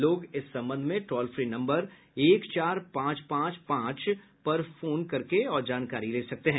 लोग इस संबंध में टोल फ्री नम्बर एक चार पांच पांच पांच पर फोन करके और जानकारी ले सकते हैं